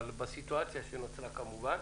בסיטואציה שנוצרה כמובן.